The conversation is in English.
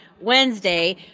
Wednesday